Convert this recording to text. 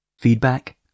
Feedback